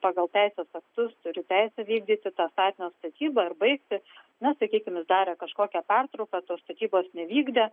pagal teisės aktus turi teisę vykdyti to statinio statybą ar baigti na sakykime darė kažkokią pertrauką tos statybos nevykdė